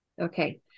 Okay